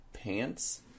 pants